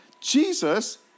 Jesus